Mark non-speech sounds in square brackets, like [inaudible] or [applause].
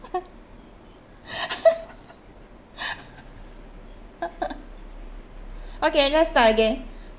[laughs] okay let's start again